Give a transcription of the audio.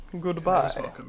Goodbye